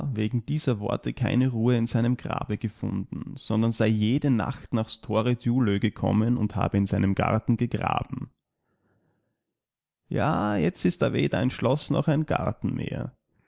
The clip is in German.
wegen dieser worte keine ruhe in seinem grabe gefunden sondern er sei jede nacht nach store djulö gekommen und habe in seinem garten gegraben ja jetzt ist da ja wedereinschloßnocheingartenmehr da